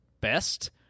best